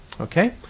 Okay